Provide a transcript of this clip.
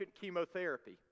chemotherapy